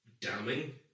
damning